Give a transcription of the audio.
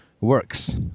works